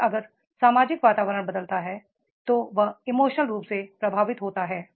और अगर सामाजिक वातावरण बदलता रहता है तो यह इमोशनल रूप से प्रभावित होता है